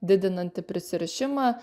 didinanti prisirišimą